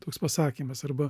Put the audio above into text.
toks pasakymas arba